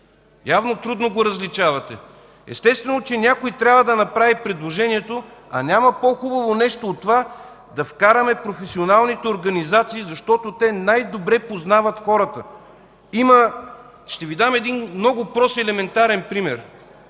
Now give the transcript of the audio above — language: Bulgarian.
Явно трудно го различавате. Естествено, че някой трябва да направи предложението, а няма по-хубаво нещо от това да вкараме професионалните организации, защото те най-добре познават хората. Ще Ви дам един много прост, елементарен пример.